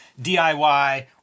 DIY